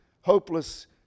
hopeless